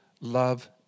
love